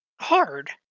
hard